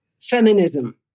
feminism